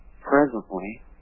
presently